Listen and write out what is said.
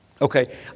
Okay